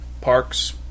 parks